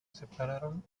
separaron